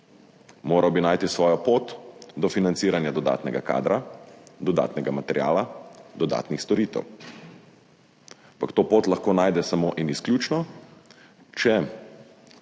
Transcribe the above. Moral bi najti svojo pot do financiranja dodatnega kadra, dodatnega materiala, dodatnih storitev, ampak to pot lahko najde samo in izključno, če